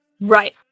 Right